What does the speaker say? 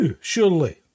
surely